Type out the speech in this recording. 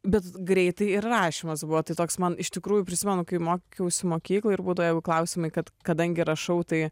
bet greitai ir rašymas buvo tai toks man iš tikrųjų prisimenu kai mokiausi mokykloje ir būdavo klausimai kad kadangi rašau tai